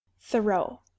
Thoreau